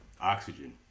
oxygen